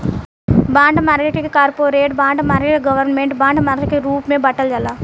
bond market के corporate bond market government bond market के रूप में बॉटल जाला